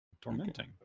Tormenting